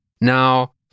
Now